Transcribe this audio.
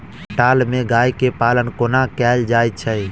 खटाल मे गाय केँ पालन कोना कैल जाय छै?